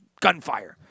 gunfire